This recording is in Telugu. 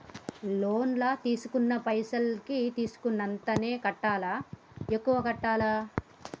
లోన్ లా తీస్కున్న పైసల్ కి తీస్కున్నంతనే కట్టాలా? ఎక్కువ కట్టాలా?